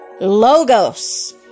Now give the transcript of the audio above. Logos